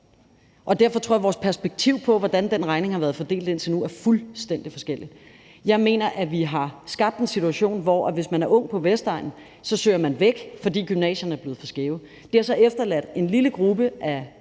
og derfor tror jeg, at vores perspektiv på, hvordan den regning har været fordelt indtil nu, er fuldstændig forskelligt. Jeg mener, at vi har skabt en situation, hvor man, hvis man er ung på Vestegnen, søger væk, fordi gymnasierne er blevet for skæve. Det har så efterladt en lille gruppe af